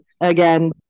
again